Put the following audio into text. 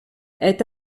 est